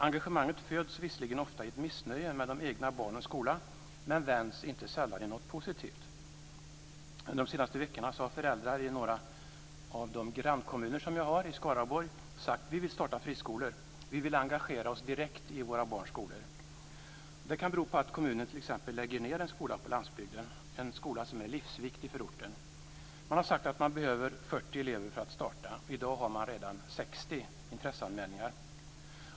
Engagemanget föds visserligen ofta i ett missnöje med de egna barnens skola, men vänds inte sällan i något positivt. Under de senaste veckorna har föräldrar i några av min kommuns grannkommuner i Skaraborg sagt att de vill starta friskolor. De vill engagera sig direkt i sina barns skolor. Det kan bero på att kommunen t.ex. lägger ned en skola på landsbygden - en skola som är livsviktig för orten. Man har sagt att man behöver 40 elever för att starta, och i dag har man redan 60 intresseanmälningar.